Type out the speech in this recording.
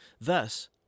thus